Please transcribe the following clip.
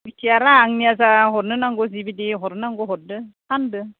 बिटिआरा आंनेया जा हरनो नांगौ जिबिदि हरनो नांगौ हरदों फानदों